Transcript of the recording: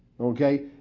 okay